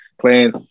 playing